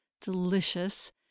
delicious